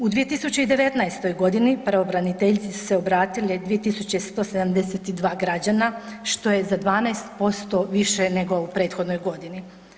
U 2019.g. pravobraniteljici su se obratile 2172 građana, što je za 12% više nego u prethodnoj godini.